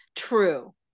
True